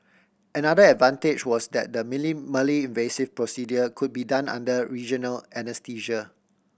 another advantage was that the minimally invasive procedure could be done under regional anaesthesia